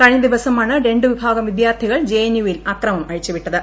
കഴിഞ്ഞ ദിവസമാണ് രണ്ടുവിഭാഗം വിദ്യാർത്ഥികൾ ജെ എൻ യുവിൽ ആക്രമം അഴിച്ചു വിട്ടത്